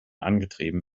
angetrieben